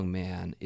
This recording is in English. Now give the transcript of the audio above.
man